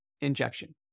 injection